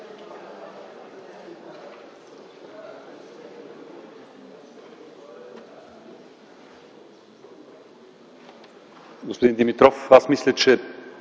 Господин Димитров, аз мисля, че